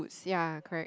sia correct